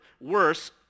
worse